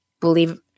believe